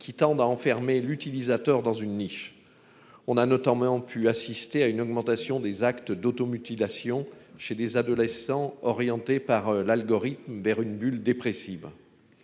qui tendent à enfermer l'utilisateur dans une niche. On a notamment pu assister à une augmentation des actes d'automutilation chez des adolescents orienté par l'algorithme vers une bulle dépressive.